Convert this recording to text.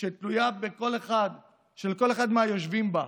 שתלויה בקול אחד של כל אחד מהיושבים בה,